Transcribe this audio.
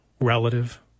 relative